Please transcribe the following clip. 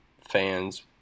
fans